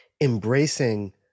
embracing